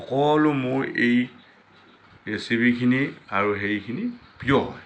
সকলো মোহ এৰি ৰেচিপিখিনি আৰু সেইখিনি প্ৰিয়